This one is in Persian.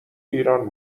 ایران